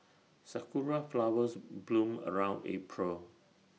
Sakura Flowers bloom around April